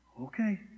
Okay